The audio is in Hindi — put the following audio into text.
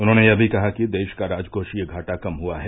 उन्होंने यह भी कहा कि देश का राजकोषीय घाटा कम हुआ है